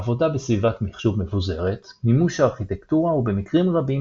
עבודה בסביבת מחשוב מבוזרת - מימוש הארכיטקטורה הוא במקרים רבים